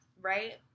right